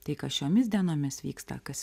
tai kas šiomis dienomis vyksta kas